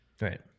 right